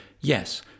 yes